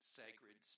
sacred